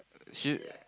she